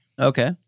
Okay